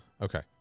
Okay